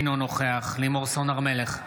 אינו נוכח לימור סון הר מלך,